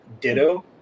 ditto